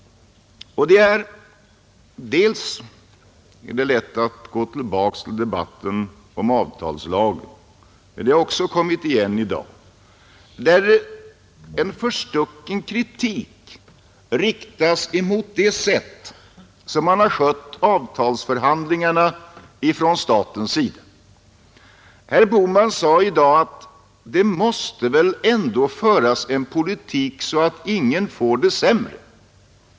Det är lätt att gå tillbaka till debatten om förlängningen av arbetsavtalen — den har också kommit upp i dag — där en förstucken kritik riktas mot det sätt på vilket staten har skött avtalsförhandlingarna. Herr Bohman sade i dag att det väl ändå måste föras en politik så att ingen får det sämre.